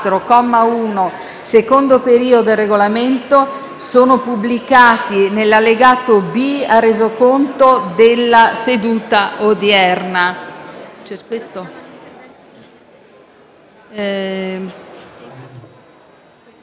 comma 1, secondo periodo, del Regolamento sono pubblicati nell'allegato B al Resoconto della seduta odierna.